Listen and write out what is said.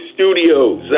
Studios